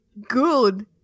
good